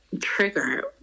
trigger